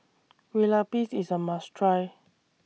Kueh Lapis IS A must Try